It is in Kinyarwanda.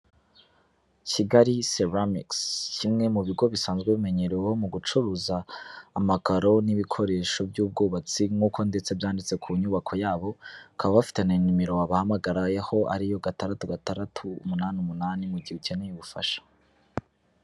Kigali selamikisi, kimwe mu bigo bisanzwe bimenyereweho mu gucuruza amakaro n'ibikoresho by'ubwubatsi, nk'uko ndetse byanditse ku nyubako yabo, bakaba bafite na nimero wabahamagaraho ariyo gatandatu, gatandatu, umunani, umunani, mu gihe ukeneye ubufasha.